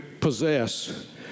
possess